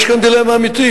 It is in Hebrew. יש כאן דילמה אמיתית.